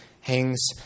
hangs